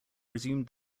resumed